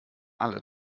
alle